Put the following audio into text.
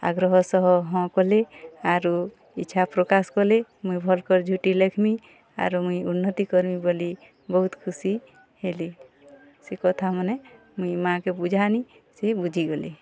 ଆଗ୍ରହ ସହ ହଁ କଲେ ଆରୁ ଇଚ୍ଛା ପ୍ରକାଶ୍ କଲେ ମୁଇଁ ଭଲ୍ କରି ଝୁଟି ଲେଖମି ଆରୁ ମୁଇଁ ଉନ୍ନତି କରମି ବୋଲି ବହୁତ୍ ଖୁସିହେଲେ ସେ କଥା ମାନେ ମୁଇଁ ମାଆକେ ବୁଝାନି ସେ ବୁଝିଗଲେ